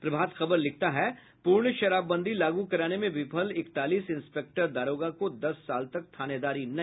प्रभात खबर लिखता है प्रर्ण शराबबंदी लागू कराने में विफल इकतालीस इंस्पेक्टर दारोगा को दस साल तक थानेदारी नहीं